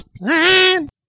plan